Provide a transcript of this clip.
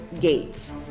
gates